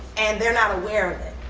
and they're not aware